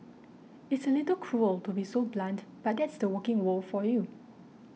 it's a little cruel to be so blunt but that's the working world for you